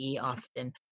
often